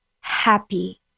happy